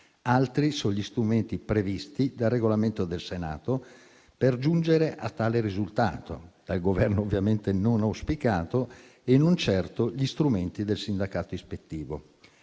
Altri sono gli strumenti previsti dal Regolamento del Senato per giungere a tale risultato, dal Governo ovviamente non auspicato, e non certo gli strumenti del sindacato ispettivo.